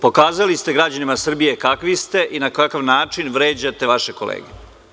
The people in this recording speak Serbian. Pokazali ste građanima Srbije kakvi ste i na kakav način vređate vaše kolege.